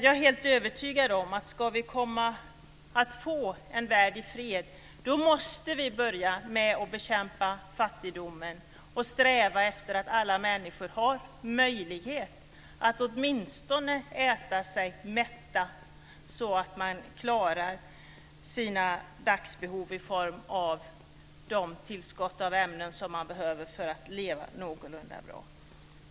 Jag är helt övertygad om att om vi ska få en värld i fred måste vi börja med att bekämpa fattigdomen och sträva efter att alla människor får möjlighet att äta sig mätta och klara sina dagsbehov av de ämnen som de behöver för att leva någorlunda bra.